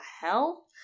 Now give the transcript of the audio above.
hell